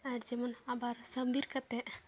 ᱟᱨ ᱡᱮᱢᱚᱱ ᱟᱵᱟᱨ ᱥᱟᱢᱵᱤᱨ ᱠᱟᱛᱮᱫ